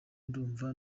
ndumva